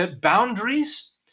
boundaries